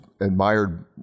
admired